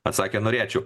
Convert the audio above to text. atsakė norėčiau